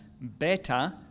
better